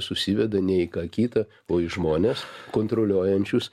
susiveda ne į ką kitą o į žmones kontroliuojančius